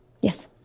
Yes